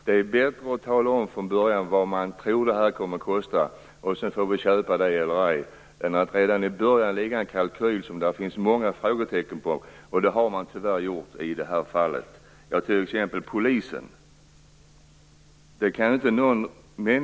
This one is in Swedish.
Det är bättre att redan från början tala om vad man tror att det kommer att kosta - sedan får vi köpa det eller ej - än att lägga fram en kalkyl som det finns många frågetecken kring, något som man tyvärr har gjort i det här fallet. Polisen är ett exempel.